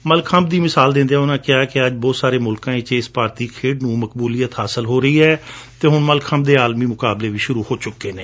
ਮੱਲਖੰਬ ਦੀ ਮਿਸਾਲ ਦਿੰਦਿਆਂ ਉਨੂਾਂ ਕਿਹਾ ਕਿ ਅੱਜ ਬਹੁਤ ਸਾਰੇ ਮੁਲਕਾਂ ਵਿਚ ਇਸ ਭਾਰਤੀ ਖੇਡ ਨੂੰ ਹੁਣ ਮਕਬੁਲੀਅਤ ਹਾਸਲ ਹੋ ਰਹੀ ਹੈ ਅਤੇ ਹੁਣ ਮਲਖੰਬ ਦੇ ਆਲਮੀ ਮੁਕਾਬਲੇ ਵੀ ਸੂਰੁ ਹੋ ਚੁੱਕੇ ਨੇ